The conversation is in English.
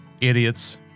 Idiots